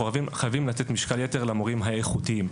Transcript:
חייבים לתת משקל-יתר למורים האיכותיים.